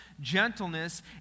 gentleness